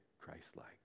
Christ-like